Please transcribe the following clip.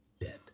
dead